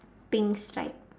pink stripe